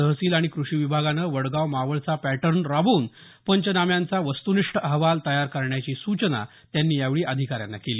तहसील आणि क्रषि विभागानं वडगाव मावळचा पॅटर्न राबवून पंचनाम्यांचा वस्तुनिष्ठ अहवाल तयार करण्याची सूचना त्यांनी यावेळी अधिकाऱ्यांना केली